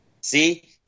see